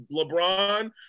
LeBron